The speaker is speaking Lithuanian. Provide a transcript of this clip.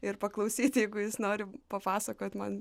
ir paklausyt jeigu jis nori papasakot man